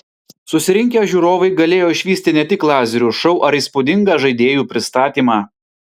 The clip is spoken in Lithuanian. susirinkę žiūrovai galėjo išvysti ne tik lazerių šou ar įspūdingą žaidėjų pristatymą